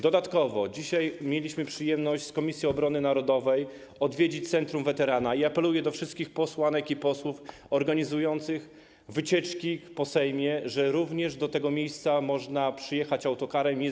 Dodatkowo dzisiaj mieliśmy przyjemność z Komisją Obrony Narodowej odwiedzić centrum weterana i apeluję do wszystkich posłanek i posłów organizujących wycieczki po Sejmie, że również do tego miejsca można przyjechać autokarem.